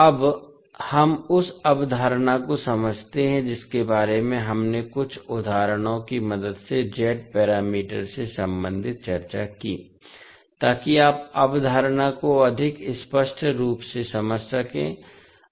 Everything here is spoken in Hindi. अब हम उस अवधारणा को समझते हैं जिसके बारे में हमने कुछ उदाहरणों की मदद से Z पैरामीटर से संबंधित चर्चा की ताकि आप अवधारणा को अधिक स्पष्ट रूप से समझ सकें